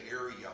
area